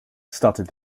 started